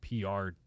pr